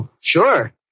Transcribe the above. Sure